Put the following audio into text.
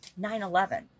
9-11